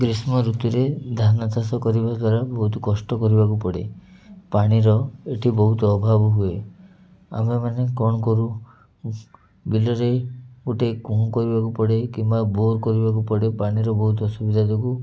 ଗ୍ରୀଷ୍ମ ଋତୁରେ ଧାନ ଚାଷ କରିବା ଦ୍ୱାରା ବହୁତ କଷ୍ଟ କରିବାକୁ ପଡ଼େ ପାଣିର ଏଇଠି ବହୁତ ଅଭାବ ହୁଏ ଆମେମାନେ କ'ଣ କରୁ ବିଲରେ ଗୋଟେ କୁଅଁ କରିବାକୁ ପଡ଼େ କିମ୍ବା ବୋର କରିବାକୁ ପଡ଼େ ପାଣିର ବହୁତ ଅସୁବିଧା ଯୋଗୁଁ